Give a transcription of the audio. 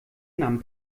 nahm